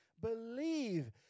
believe